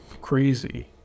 crazy